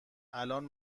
الان